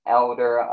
elder